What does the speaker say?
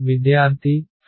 విద్యార్థి ɸ1r